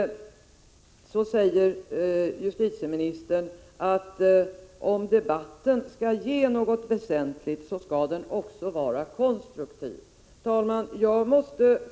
Justitieministern säger vidare, att om debatten skall ge något väsentligt skall den också vara konstruktiv. Herr talman!